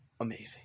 amazing